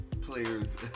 players